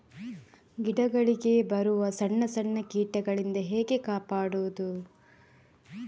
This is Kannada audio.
ಗಿಡಗಳಿಗೆ ಬರುವ ಸಣ್ಣ ಸಣ್ಣ ಕೀಟಗಳಿಂದ ಹೇಗೆ ಕಾಪಾಡುವುದು?